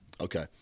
okay